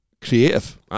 Creative